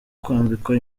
kwambikwa